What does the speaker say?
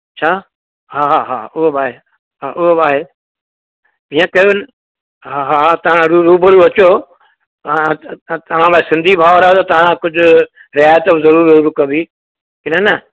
छा हा हा हा उहो बि आहे हा उहो बि आहे हीअं कयो हा हा हा तव्हां रूबरु अचो तव्हां सिंधी भावरु आयो त तव्हां कुझु रिआयत ज़रूरु ज़रूर कबी न न